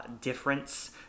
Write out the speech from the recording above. difference